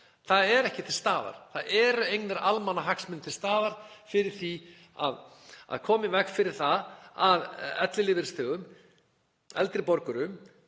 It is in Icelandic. eru ekki til staðar. Það eru engir almannahagsmunir til staðar fyrir því að koma í veg fyrir það að ellilífeyrisþegum, eldri borgurum,